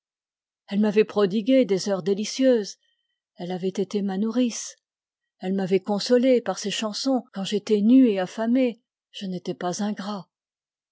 elle m'avait prodigué des heures délicieuses elle avait été ma nourrice elle m'avait consolé par ses chansons quand j'étais nu et affamé je n'étais pas ingrat